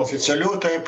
oficialių taip